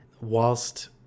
whilst